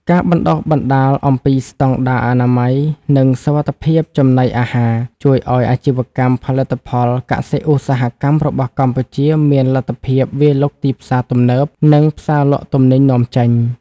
ការបណ្ដុះបណ្ដាលអំពីស្ដង់ដារអនាម័យ និងសុវត្ថិភាពចំណីអាហារ ជួយឱ្យអាជីវកម្មផលិតផលកសិ-ឧស្សាហកម្មរបស់កម្ពុជាមានលទ្ធភាពវាយលុកទីផ្សារទំនើប និងផ្សារលក់ទំនិញនាំចេញ។